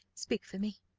speak for me.